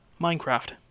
Minecraft